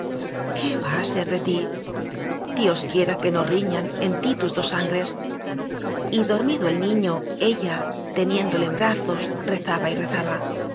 qué va a ser de ti dios quiera que no riñan en ti tus dos sangres y dormido el niño ella teniéndole eq brazos rezaba y rezaba